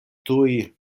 tuj